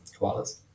koalas